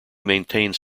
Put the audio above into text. maintains